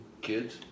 Kids